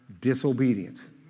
disobedience